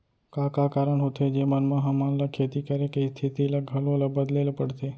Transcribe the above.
का का कारण होथे जेमन मा हमन ला खेती करे के स्तिथि ला घलो ला बदले ला पड़थे?